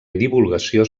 divulgació